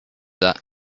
that